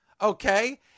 okay